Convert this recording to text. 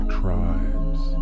tribes